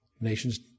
nations